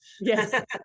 Yes